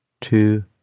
Two